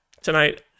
tonight